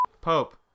Pope